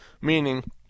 meaning